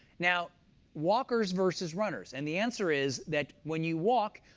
now walkers versus runners, and the answer is that when you walk,